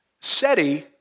SETI